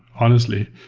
honestly,